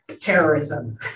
terrorism